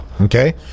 Okay